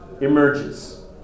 emerges